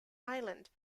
island